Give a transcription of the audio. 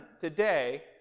today